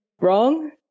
wrong